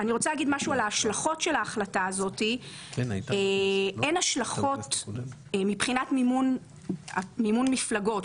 להחלטה על הפיצול אין השלכות מבחינת מימון מפלגות,